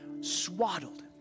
swaddled